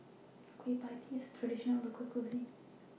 Kueh PIE Tee IS A Traditional Local Cuisine